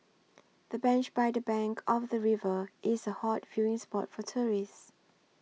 the bench by the bank of the river is a hot viewing spot for tourists